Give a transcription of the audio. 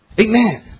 Amen